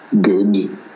good